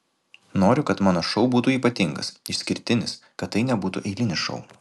noriu kad mano šou būtų ypatingas išskirtinis kad tai nebūtų eilinis šou